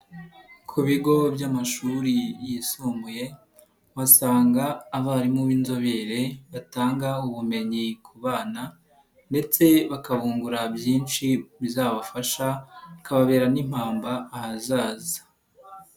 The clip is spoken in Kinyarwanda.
Ku bigo by'amashuri yisumbuye uhasanga abarimu b'inzobere batanga ubumenyi ku bana ndetse bakabungura byinshi bizabafasha bikababera n'impamba ahazaza.